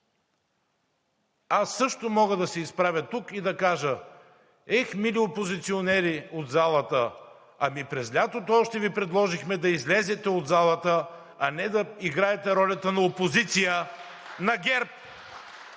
Аз също мога да се изправя тук и да кажа: ех, мили опозиционери от залата, ами през лятото още Ви предложихме да излезете от залата, а не да играете ролята на опозиция на ГЕРБ!